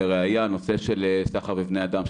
לראיה הנושא של סחר בבני אדם,